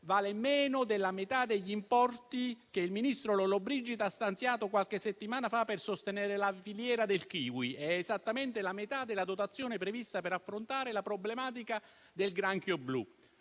vale meno della metà degli importi che il ministro Lollobrigida ha stanziato qualche settimana fa per sostenere la filiera del kiwi ed è esattamente la metà della dotazione prevista per affrontare la problematica del granchio blu.